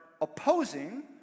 opposing